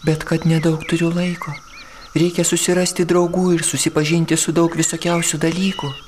bet kad nedaug turiu laiko reikia susirasti draugų ir susipažinti su daug visokiausių dalykų